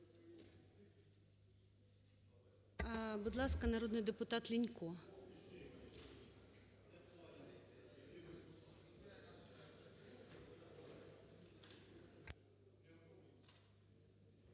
Будь ласка, народний депутат Лінько.